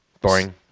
Boring